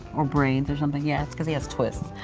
or braids or something. yeah, it's cause he has twists.